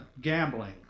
gambling